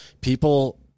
people